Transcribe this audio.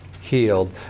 healed